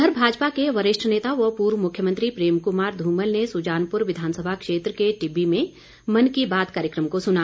उधर भाजपा के वरिष्ठ नेता व पूर्व मुख्यमंत्री प्रेम कुमार धूमल ने सुजानपुर विधानसभा क्षेत्र के टिब्बी में मन की बात कार्यक्रम को सुना